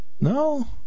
No